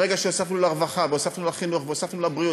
ברגע שהוספנו לרווחה והוספנו לחינוך והוספנו לבריאות